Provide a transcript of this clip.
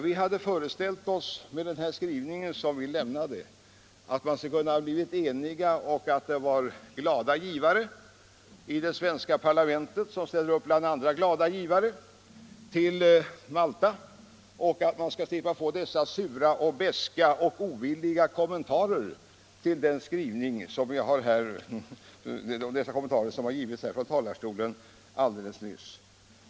Vi hade med den skrivning vi gjorde föreställt oss att vi skulle ha kunnat bli eniga, att det skulle vara glada givare i det svenska parlamentet som ställde upp bland andra glada givare och att vi skulle slippa få dessa sura, beska och ovilliga kommentarer, som avgivits från talarstolen alldeles nyss.